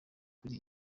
kuri